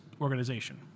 organization